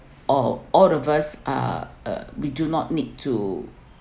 al~ all of us are ah we do not need to